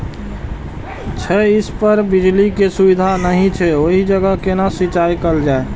छै इस पर बिजली के सुविधा नहिं छै ओहि जगह केना सिंचाई कायल जाय?